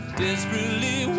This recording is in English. desperately